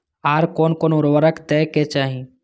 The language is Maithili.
आर कोन कोन उर्वरक दै के चाही?